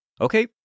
okay